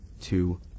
two